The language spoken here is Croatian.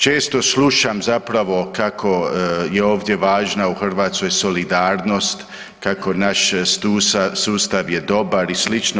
Često slušam zapravo kako je ovdje važna u Hrvatskoj solidarnost, kako naš sustav je dobar i sl.